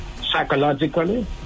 psychologically